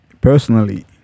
personally